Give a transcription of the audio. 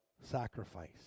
sacrifice